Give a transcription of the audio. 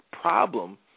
problem